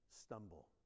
stumble